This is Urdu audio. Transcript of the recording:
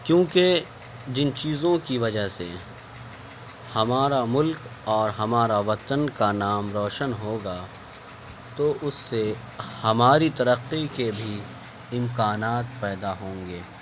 کیونکہ جن چیزوں کی وجہ سے ہمارا ملک اور ہمارا وطن کا نام روشن ہوگا تو اس سے ہماری ترقی کے بھی امکانات پیدا ہوں گے